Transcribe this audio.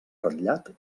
ratllat